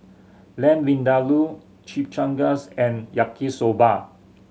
Lamb Vindaloo Chimichangas and Yaki Soba